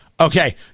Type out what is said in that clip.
okay